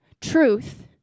truth